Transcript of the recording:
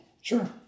Sure